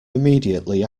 immediately